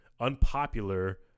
unpopular